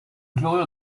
chlorure